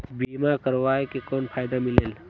बीमा करवाय के कौन फाइदा मिलेल?